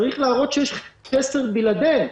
צריך להראות שיש חסר בלעדיהן.